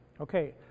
Okay